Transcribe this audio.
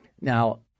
Now